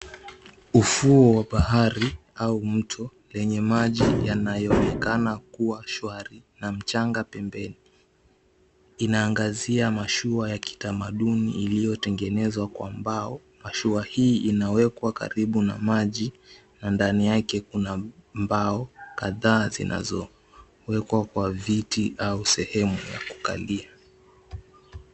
Ufuo wa bahari, au mto, lenye maji yanayoonekana kuwa shwari na mchanga pembeni, inaangazia mashua ya kitamaduni iliyotengenezwa kwa mbao. Mashua hii inawekwa karibu na maji, na ndani yake kuna mbao kadhaa zinazowekwa kwa viti au sehemu ya kukalia.